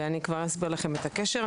ואני כבר אסביר לכם את הקשר.